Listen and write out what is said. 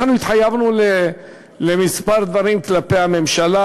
אנחנו התחייבנו לכמה דברים כלפי הממשלה,